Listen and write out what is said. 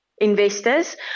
investors